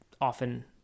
often